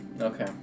Okay